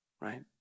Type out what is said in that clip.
right